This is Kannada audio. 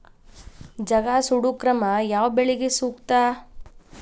ಜಗಾ ಸುಡು ಕ್ರಮ ಯಾವ ಬೆಳಿಗೆ ಸೂಕ್ತ?